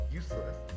useless